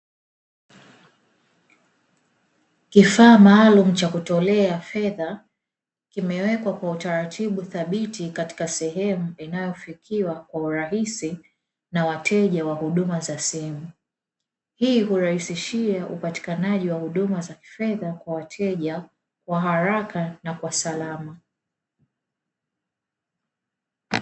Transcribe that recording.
Kifaa maalumu cha kutolea fedha, kimewekwa kwa utaratibu thabiti katika sehemu inayofikiwa kwa urahisi na wateja wa huduma za simu. Hii hurahisishia upatikanaji wa huduma za kifedha kwa wateja kwa haraka na kwa salama.